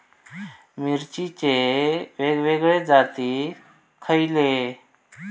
मिरचीचे वेगवेगळे जाती खयले?